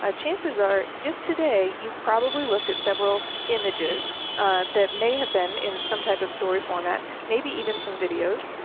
ah chances are just today you've probably looked at several images that may have been in some type of story format, maybe even some videos.